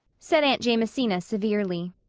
said aunt jamesina severely.